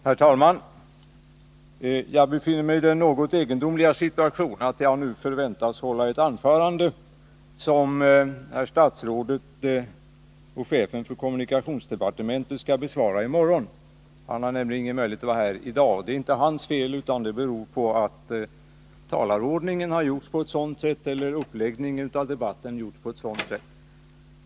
Herr talman! Jag befinner mig i den något egendomliga situationen att jag nu förväntas hålla ett anförande som herr statsrådet och chefen för kommunikationsdepartementet skall besvara i morgon. Han har nämligen ingen möjlighet att vara med här i dag. Det är inte hans fel, utan det beror på att talarordningen och uppläggningen av debatten har gjorts på ett sådant sätt.